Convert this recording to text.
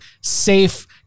safe